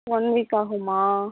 one week ஆகுமா